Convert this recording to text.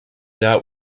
out